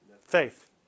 Faith